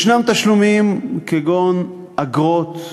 יש תשלומים, כגון אגרות,